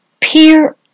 peer